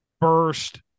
burst